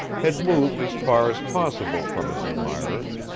had moved as far as possible from his admirers,